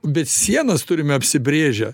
bet sienas turime apsibrėžę